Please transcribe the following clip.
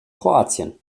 kroatien